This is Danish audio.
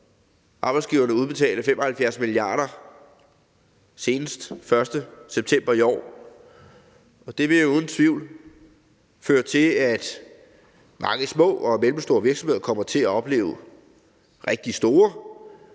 arbejdsgiverne udbetale 75 mia. kr. senest den 1. september i år. Det vil uden tvivl føre til, at mange små og mellemstore virksomheder kommer til at opleve rigtig store